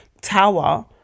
tower